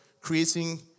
creating